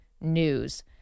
news